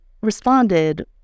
responded